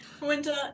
Winter